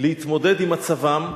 להתמודד עם מצבם.